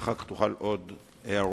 ואחר כך תוכל להוסיף עוד כמה הערות.